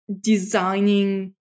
Designing